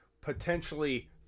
potentially